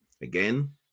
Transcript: Again